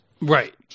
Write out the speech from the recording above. Right